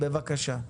בבקשה.